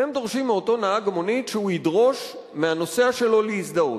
אתם דורשים מאותו נהג מונית שהוא ידרוש מהנוסע שלו להזדהות.